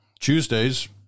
Tuesday's